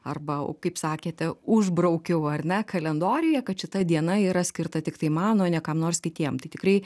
arba kaip sakėte užbraukiau ar ne kalendoriuje kad šita diena yra skirta tiktai man o ne kam nors kitiem tai tikrai